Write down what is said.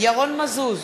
ירון מזוז,